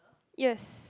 yes